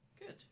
Good